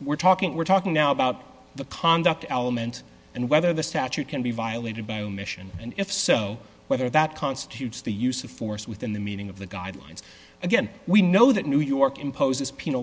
we're talking we're talking now about the conduct element and whether the statute can be violated by omission and if so whether that constitutes the use of force within the meaning of the guidelines again we know that new york imposes penal